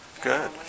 good